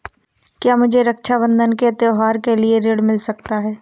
क्या मुझे रक्षाबंधन के त्योहार के लिए ऋण मिल सकता है?